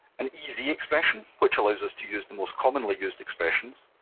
an easy expression, which allows us to use the most commonly-used expressions,